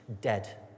dead